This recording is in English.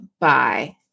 bye